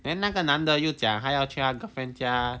then 那个男的又讲他要去他 girlfriend 家